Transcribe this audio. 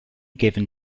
given